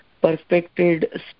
perfected